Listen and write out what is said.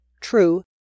True